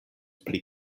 pli